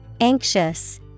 Anxious